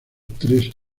tres